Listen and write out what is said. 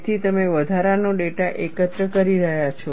તેથી તમે વધારાનો ડેટા એકત્રિત કરી રહ્યાં છો